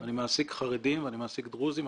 אני מעסיק חרדים ואני מעסיק דרוזים.